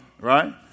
Right